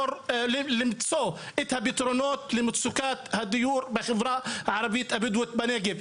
ולמצוא את הפתרונות למצוקת הדיור בחברה הערבית הבדואית בנגב.